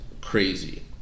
crazy